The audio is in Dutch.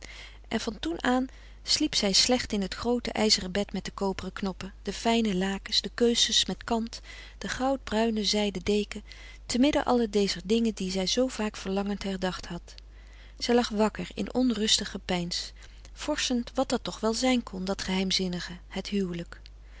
en van toen aan sliep zij slecht in het groote ijzeren bed met de koperen knoppen de fijne lakens de kussens met kant de goud bruine zijden deken te midden alle dezer dingen die zij zoo vaak verlangend herdacht had zij lag wakker in onrustig gepeins vorschend wat dat toch wel zijn kon dat geheimzinnige het huwelijk